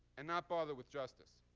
and not bother with justice.